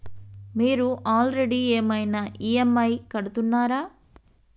మీరు ఆల్రెడీ ఏమైనా ఈ.ఎమ్.ఐ కడుతున్నారా?